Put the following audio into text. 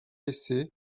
laisser